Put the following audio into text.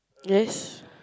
yes